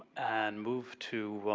and moved to